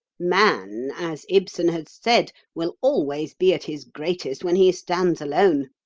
man, as ibsen has said, will always be at his greatest when he stands alone.